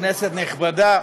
כנסת נכבדה,